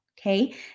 okay